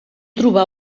trobà